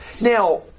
Now